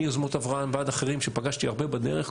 מיוזמות אברהם ועד אחרים שפגשתי הרבה בדרך,